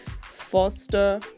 foster